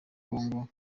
congo